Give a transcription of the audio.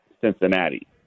Cincinnati